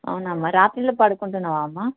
అవునా అమ్మ రాత్రిళ్ళు పడుకుంటున్నావా అమ్మ